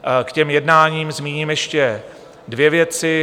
K těm jednáním zmíním ještě dvě věci.